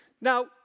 Now